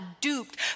duped